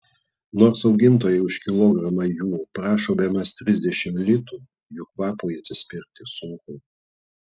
nors augintojai už kilogramą jų prašo bemaž trisdešimt litų jų kvapui atsispirti sunku